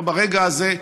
לא ברגע הזה,